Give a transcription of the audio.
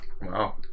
Wow